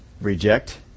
reject